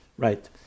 Right